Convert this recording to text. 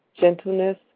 gentleness